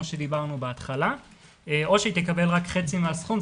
או שתקבל רק חצי מהסכום,